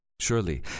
Surely